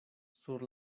sur